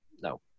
no